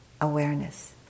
awareness